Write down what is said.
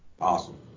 Awesome